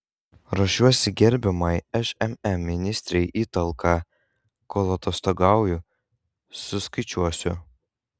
ruošiuosi gerbiamai šmm ministrei į talką kol atostogauju suskaičiuosiu